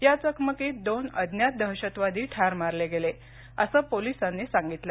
या चकमकीत दोन अज्ञात दहशतवादी ठार मारले गेले असल्याचं पोलिसांनी सांगितलं